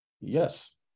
Yes